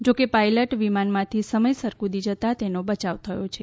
જોકે પાયલોટ વિમાનમાંથી સમયસર કુદી જતા તેનો બચાવ થયો છે